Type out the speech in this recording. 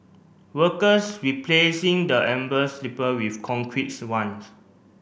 workers replacing the sleeper with concretes ones